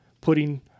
putting